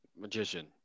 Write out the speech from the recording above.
Magician